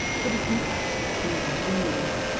put upon axle-trees and wheels,